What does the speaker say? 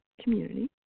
community